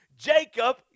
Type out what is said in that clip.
Jacob